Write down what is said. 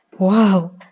wow,